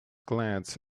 glance